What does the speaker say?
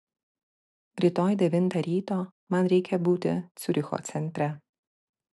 rytoj devintą ryto man reikia būti ciuricho centre